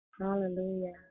Hallelujah